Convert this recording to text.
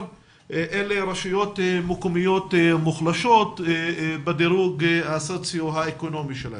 אלו רשויות מקומיות מוחלשות בדירוג הסוציו-אקונומי שלהן.